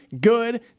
good